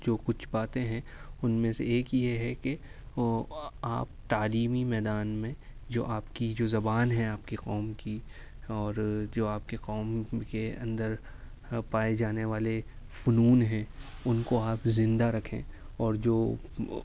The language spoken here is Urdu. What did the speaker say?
جو کچھ باتیں ہیں ان میں سے ایک یہ ہے کہ آپ تعلیمی میدان میں جو آپ کی جو زبان ہے آپ کے قوم کی اور جو آپ کے قوم کے اندر پائے جانے والے فنون ہیں ان کو آپ زندہ رکھیں اور جو